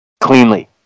cleanly